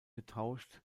getauscht